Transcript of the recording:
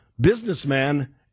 businessman